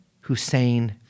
Hussein